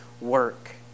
work